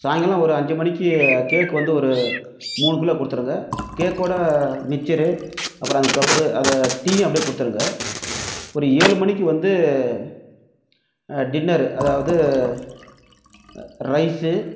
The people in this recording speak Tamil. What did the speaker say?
சாய்ங்காலம் ஒரு அஞ்சு மணிக்கு கேக் வந்து ஒரு மூணு கிலோ கொடுத்துருங்க கேக்கோட மிச்சரு அப்புறம் அந்த கப்பு அதை டீயும் அப்படே கொடுத்துருங்க ஒரு ஏழு மணிக்கு வந்து டின்னரு அதாவது ரைஸ்ஸு